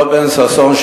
אותו בן-ששון,